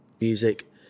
Music